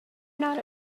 not